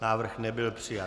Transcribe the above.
Návrh nebyl přijat.